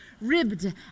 ribbed